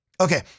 Okay